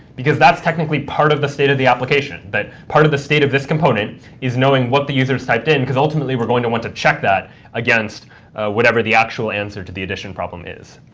because that's technically part of the state of the application, but part of the state of this component is knowing what the user's typed in, because ultimately we're going to want to check that against whatever the actual answer to the addition problem is.